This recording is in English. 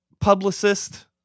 publicist